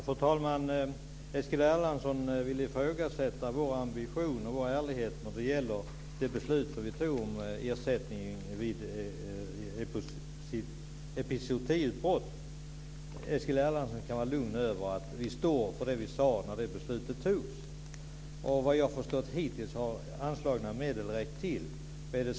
Fru talman! Eskil Erlandsson vill ifrågasätta vår ambition och vår ärlighet när det gäller det beslut som fattats om ersättningen vid epizootiutbrott. Eskil Erlandsson kan vara lugn för att vi står för det som vi sade när det beslutet togs. Såvitt jag har förstått har hittills anslagna medel räckt till.